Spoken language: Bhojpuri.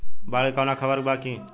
बाढ़ के कवनों खबर बा की?